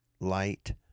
light